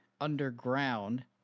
underground